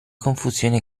confusione